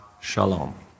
Shalom